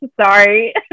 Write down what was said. sorry